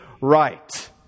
right